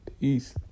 peace